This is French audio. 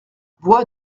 voix